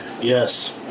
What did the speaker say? Yes